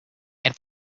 and